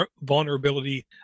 vulnerability